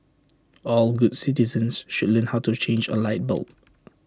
all good citizens should learn how to change A light bulb